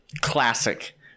classic